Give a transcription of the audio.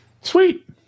Sweet